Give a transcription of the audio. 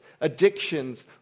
addictions